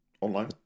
online